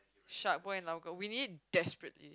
SharkBoy and Larva girl we need it desperately